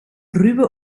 ruwe